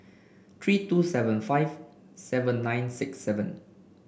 three two seven five seven nine six seven